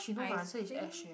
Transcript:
I think